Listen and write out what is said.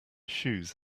shoes